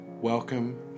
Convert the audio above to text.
Welcome